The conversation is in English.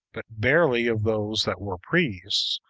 but barely of those that were priests,